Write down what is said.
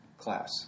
class